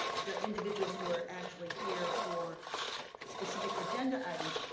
the individuals who are actually here for specific agenda items,